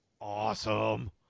awesome